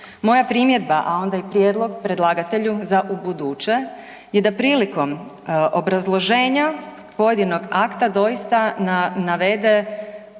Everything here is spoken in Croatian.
Moja primjedba, a onda i prijedlog predlagatelju za ubuduće je da prilikom obrazloženja pojedinog akta doista navede